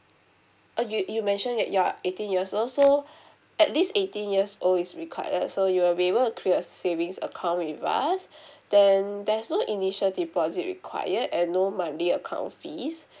uh you you mention that you're eighteen years so so at least eighteen years old is required so you will be able to create a savings account with us then um there's no initial deposit required and no monthly account fees